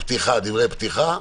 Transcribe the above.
דברי פתיחה,